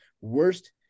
Worst